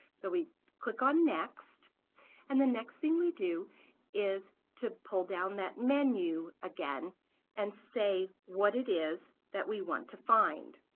so we click on next and the next thing we do is to pull down that menu again and say what it is that we want to find.